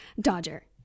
Dodger